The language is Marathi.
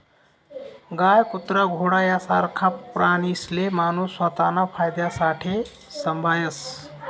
गाय, कुत्रा, घोडा यासारखा प्राणीसले माणूस स्वताना फायदासाठे संभायस